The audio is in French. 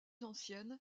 anciennes